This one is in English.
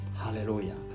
Hallelujah